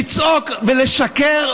לצעוק ולשקר,